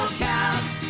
cast